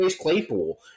Claypool